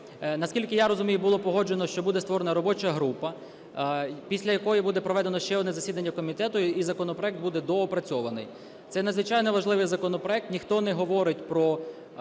Наскільки я розумію, було погоджено, що буде створена робоча група, після якої буде проведено ще одне засідання комітету і законопроект буде доопрацьований. Це надзвичайно важливо законопроект. Ніхто не говорить про